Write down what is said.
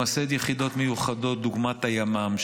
למסד יחידות מיוחדות דוגמת הימ"מ,